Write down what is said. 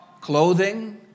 clothing